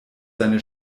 seine